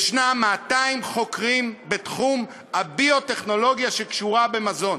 יש 200 חוקרים בתחום הביוטכנולוגיה שקשורה במזון.